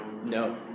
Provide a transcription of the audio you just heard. No